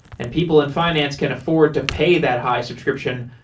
and people in finance can afford to pay that high subscription,